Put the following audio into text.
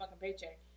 paycheck